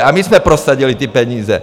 A my jsme prosadili ty peníze!